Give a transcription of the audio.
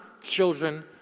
children